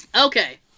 Okay